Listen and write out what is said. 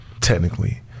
technically